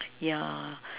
yeah